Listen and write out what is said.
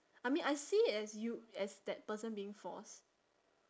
I mean I see it as you as that person being forced